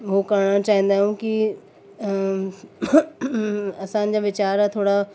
हो करणु चाहिंदा आहियूं की असांजा वीचार थोरा